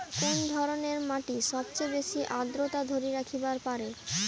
কুন ধরনের মাটি সবচেয়ে বেশি আর্দ্রতা ধরি রাখিবার পারে?